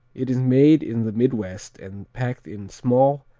it is made in the midwest and packed in small,